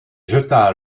jeta